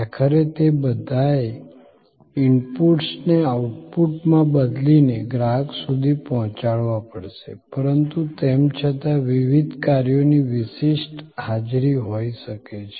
આખરે તે બધાએ ઇનપુટ્સને આઉટપુટમાં બદલીને ગ્રાહક સુધી પહોંચાડવા પડશે પરંતુ તેમ છતાં વિવિધ કાર્યોની વિશિષ્ટ હાજરી હોઈ શકે છે